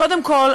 קודם כול,